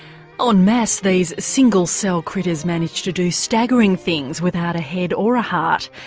ah and masse these single cell critters manage to do staggering things without a head or a heart,